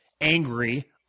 angry